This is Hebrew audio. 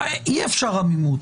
אי אפשר שתהיה עמימות.